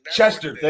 Chester